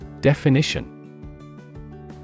Definition